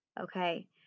Okay